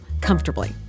comfortably